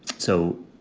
so